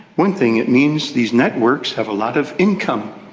one thing it means, these networks have a lot of income.